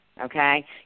Okay